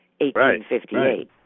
1858